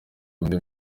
undi